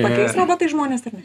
pakeis robotai žmones ar ne